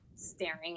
Staring